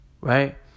Right